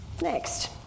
next